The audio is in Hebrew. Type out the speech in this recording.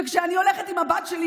וכשאני הולכת עם הבת שלי,